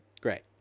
Great